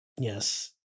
Yes